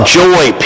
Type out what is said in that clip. joy